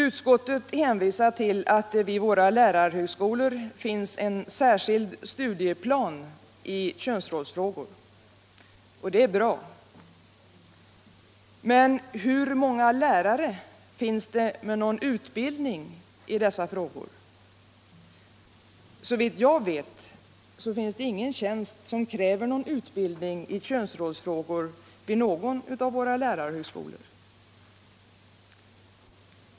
Utskottet hänvisar vidare till att det vid våra lärarhögskolor finns en särskild studieplan i könsrollsfrågor. Detta är bra. Men hur många lärare finns det med någon utbildning i dessa frågor? Såvitt jag vet finns det ingen tjänst som kräver någon utbildning i könsrollsfrågor vid någon av våra lärarhögskolor.